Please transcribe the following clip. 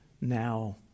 now